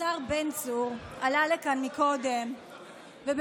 השר בן צור עלה לכאן קודם וביומרנות